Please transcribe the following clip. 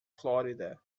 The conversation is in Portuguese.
flórida